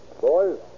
Boys